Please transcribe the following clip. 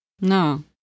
No